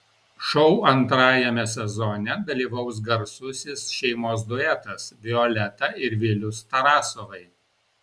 šou antrajame sezone dalyvaus garsusis šeimos duetas violeta ir vilius tarasovai